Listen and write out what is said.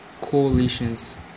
coalitions